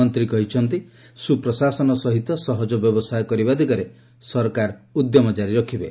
ମନ୍ତ୍ରୀ କହିଛନ୍ତି ସୁପ୍ରଶାସନ ସହିତ ସହଜ ବ୍ୟବସାୟ କରିବା ଦିଗରେ ସରକାର ଉଦ୍ୟମ ଜାରି ରଖିବେ